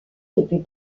depuis